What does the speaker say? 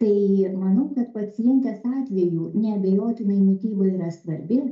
tai manau kad pacientės atveju neabejotinai mityba yra svarbi